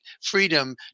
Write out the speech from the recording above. freedom